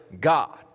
God